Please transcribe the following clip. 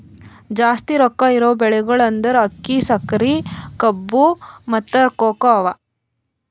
ಜಾಸ್ತಿ ರೊಕ್ಕಾ ಇರವು ಬೆಳಿಗೊಳ್ ಅಂದುರ್ ಅಕ್ಕಿ, ಸಕರಿ, ಕಬ್ಬು, ಮತ್ತ ಕೋಕೋ ಅವಾ